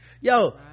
Yo